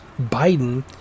Biden